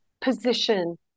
position